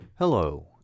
Hello